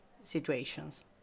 situations